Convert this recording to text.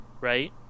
right